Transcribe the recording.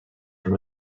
from